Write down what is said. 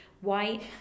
White